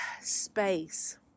space